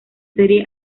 serie